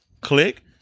click